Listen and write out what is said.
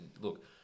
look